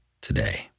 today